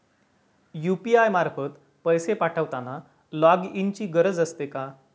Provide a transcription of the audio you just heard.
UPI मार्फत पैसे पाठवताना लॉगइनची गरज असते का?